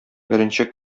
беренче